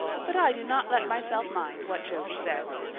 but i do not let myself mind what josie says.